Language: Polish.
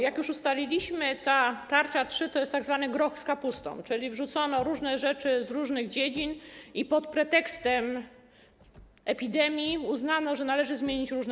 Jak już ustaliliśmy, tarcza 3.0 to jest tzw. groch z kapustą, czyli wrzucono różne rzeczy z różnych dziedzin i pod pretekstem epidemii uznano, że należy zmienić różne